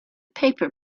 paper